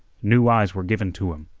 new eyes were given to him.